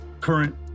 current